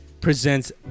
presents